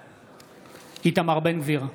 בעד איתמר בן גביר,